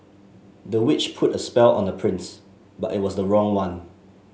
the witch put a spell on the prince but it was the wrong one